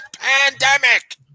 pandemic